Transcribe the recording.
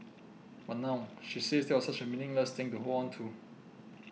but now she says that was such a meaningless thing to hold on to